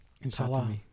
Inshallah